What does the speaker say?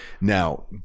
Now